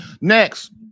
Next